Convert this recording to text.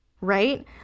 right